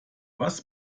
was